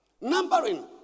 Numbering